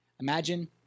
Imagine